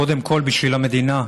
קודם כול בשביל המדינה.